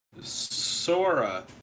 Sora